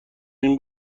این